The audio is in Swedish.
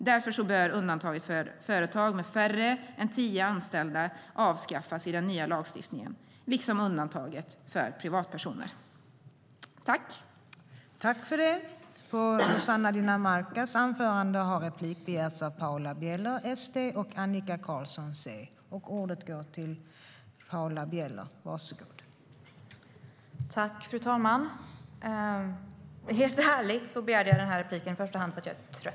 Därför bör undantaget för företag med färre än tio anställda avskaffas i den nya lagstiftningen liksom undantaget för privatpersoner.